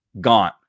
gone